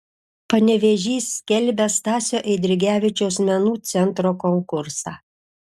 panevėžys skelbia stasio eidrigevičiaus menų centro konkursą